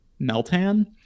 meltan